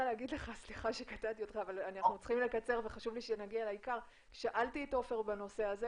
שאלתי את עופר בנושא,